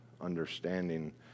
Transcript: understanding